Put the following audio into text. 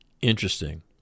Interesting